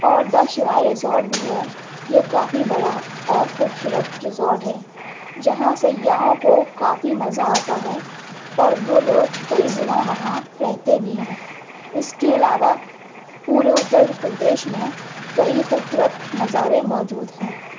اور the Shivaay resort بھی ہے جو کافی بڑا اور خوب صورت ریزورٹ ہے جہاں سیاحوں کو کافی مزہ آتا ہے اور وہ لوگ کئی دنوں وہاں رہتے بھی ہیں اس کے علاوہ پورے اتر پردیش میں کئی خوب صورت نظارے موجود ہیں